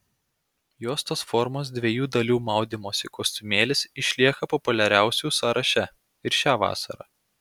juostos formos dviejų dalių maudymosi kostiumėlis išlieka populiariausių sąraše ir šią vasarą